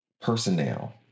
personnel